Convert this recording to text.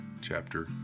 chapter